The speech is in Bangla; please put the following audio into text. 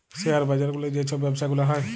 শেয়ার বাজার গুলার যে ছব ব্যবছা গুলা হ্যয়